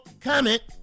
comment